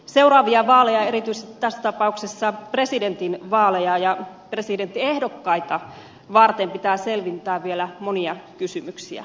seuraavia vaaleja ja erityisesti tässä tapauksessa presidentinvaaleja ja presidenttiehdokkaita varten pitää selvittää vielä monia kysymyksiä